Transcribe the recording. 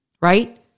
Right